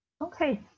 okay